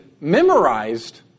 memorized